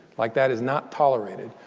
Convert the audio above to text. like that is not tolerated.